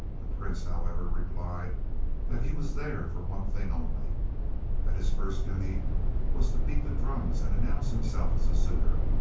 the prince, however, replied that he was there for one thing only that his first duty was to beat the drums and announce himself as a suitor,